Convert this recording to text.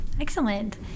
Excellent